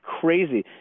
crazy